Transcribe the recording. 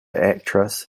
actress